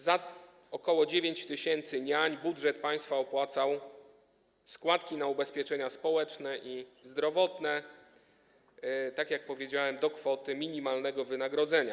Za około 9 tys. niań budżet państwa opłacał składki na ubezpieczenia społeczne i zdrowotne, tak jak powiedziałem, do kwoty minimalnego wynagrodzenia.